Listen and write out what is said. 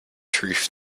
truth